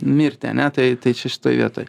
mirtį ane tai tai čia šitoj vietoj